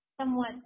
somewhat